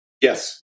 Yes